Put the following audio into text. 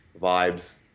vibes